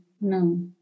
No